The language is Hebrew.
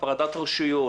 הפרדת הרשויות,